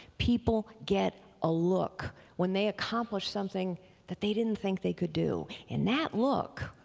people get a look when they accomplish something that they didn't think they could do. and that look,